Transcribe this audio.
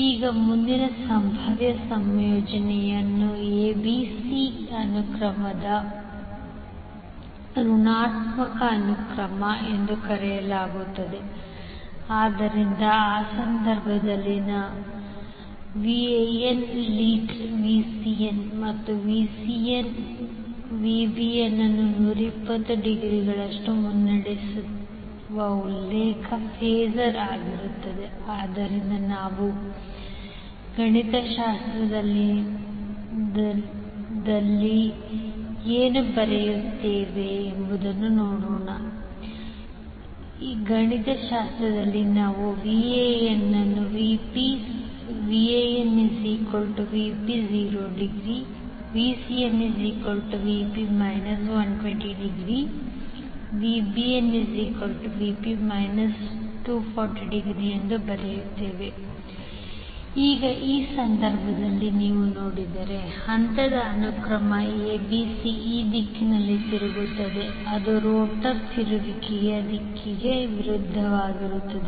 ಈಗ ಮುಂದಿನ ಸಂಭಾವ್ಯ ಸಂಯೋಜನೆಯು acb ಅನುಕ್ರಮವನ್ನು ಋಣಾತ್ಮಕ ಅನುಕ್ರಮ ಎಂದು ಕರೆಯಲಾಗುತ್ತದೆ ಆದ್ದರಿಂದ ಆ ಸಂದರ್ಭದಲ್ಲಿ ನೀವು Van ಲೀಡ್ಸ್ Vcn ಮತ್ತು Vcn Vbnಅನ್ನು 120 ಡಿಗ್ರಿಗಳಷ್ಟು ಮುನ್ನಡೆಸುವ ಉಲ್ಲೇಖ ಫಾಸರ್ ಆಗಿರುತ್ತದೆ ಆದ್ದರಿಂದ ನಾವು ಗಣಿತಶಾಸ್ತ್ರದಲ್ಲಿ ಏನು ಬರೆಯುತ್ತೇವೆ VanVp∠0° VcnVp∠ 120° VbnVp∠ 240°Vp∠120° ಈಗ ಆ ಸಂದರ್ಭದಲ್ಲಿ ನೀವು ನೋಡಿದರೆ ಹಂತದ ಅನುಕ್ರಮ abc ಈ ದಿಕ್ಕಿನಲ್ಲಿ ತಿರುಗುತ್ತದೆ ಅದು ರೋಟರ್ನ ತಿರುಗುವಿಕೆಯ ದಿಕ್ಕಿಗೆ ವಿರುದ್ಧವಾಗಿರುತ್ತದೆ